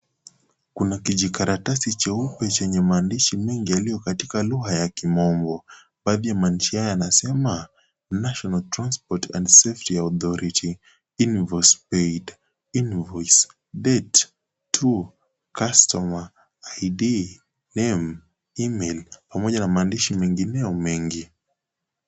Kuna kijikaratasi cheupe chenye maandishi mengi yaliyo katika lugha ya kimombo. Baadhi ya maandishi haya yanasema cs (National transport and safety authority invoice paid ,invoice ,date ,two customer, id, name, email) pamoja na maandishi mengineo mengi.